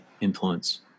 influence